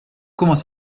comment